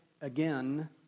again